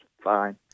fine